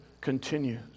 continues